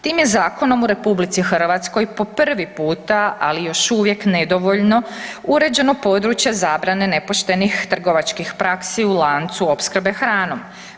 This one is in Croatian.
Tim je zakonom u RH po prvi puta, ali još uvijek nedovoljno uređeno područje zabrane nepoštenih trgovačkih praksi i lancu opskrbe hranom.